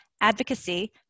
advocacy